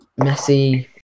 Messi